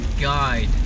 guide